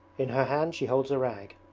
in her hand she holds a rag.